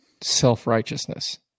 self-righteousness